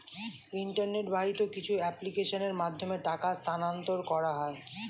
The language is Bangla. ইন্টারনেট বাহিত কিছু অ্যাপ্লিকেশনের মাধ্যমে টাকা স্থানান্তর করা হয়